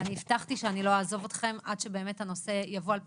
ואני הבטחתי שאני לא אעזוב אתכם עד שבאמת הנושא יבוא על פתרונו.